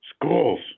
schools